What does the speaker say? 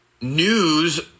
news